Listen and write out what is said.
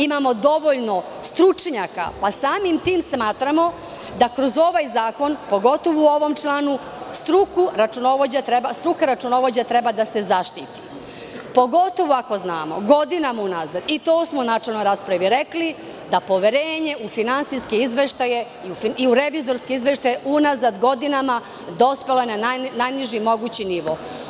Imamo dovoljno stručnjaka, pa samim tim smatramo da kroz ovaj zakon, pogotovo u ovom članu, struka računovođa treba se zaštiti, pogotovo ako znamo, godinama unazad, i to smo u načelnoj raspravi rekli, da je poverenje u finansijske izveštaje i u revizorske izveštaje unazad godinama dospelo na najniži mogući nivo.